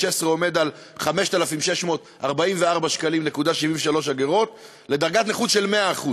עומד על 5,644.73 שקלים לדרגת נכות של 100%,